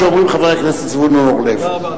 שאומרים: חבר הכנסת זבולון אורלב.